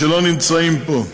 ושלא נמצאים פה.